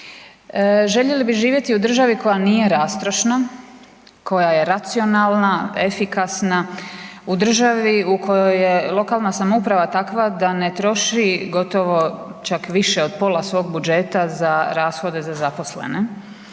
Željeli bi živjeti u državi koja nije rastrošna, koja je racionalna, efikasna, u državi u kojoj je lokalna samouprava takva da ne troši gotovo čak više od pola svog budžeta za rashode za zaposlene,